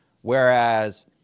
Whereas